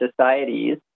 societies